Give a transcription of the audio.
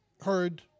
heard